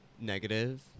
negative